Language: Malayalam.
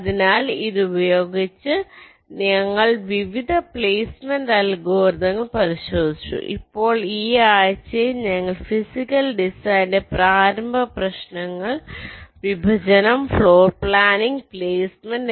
അതിനാൽ ഇത് ഉപയോഗിച്ച് ഞങ്ങൾ വിവിധ പ്ലേസ്മെന്റ് അൽഗോരിതങ്ങൾ പരിശോധിച്ചു ഇപ്പോൾ ഈ ആഴ്ചയിൽ ഞങ്ങൾ ഫിസിക്കൽ ഡിസൈനിന്റെ പ്രാരംഭ പ്രശ്നങ്ങൾ വിഭജനം ഫ്ലോർ പ്ലാനിംഗ് പ്ലെയ്സ്മെന്റ്placement